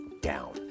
down